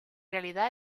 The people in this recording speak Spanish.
realidad